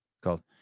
Called